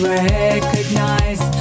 recognize